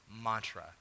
mantra